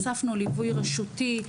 הוספנו ליווי רשותי,